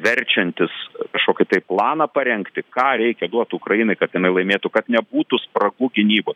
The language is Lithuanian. verčiantis kažkokį tai planą parengti ką reikia duot ukrainai kad jinai laimėtų kad nebūtų spragų gynyboj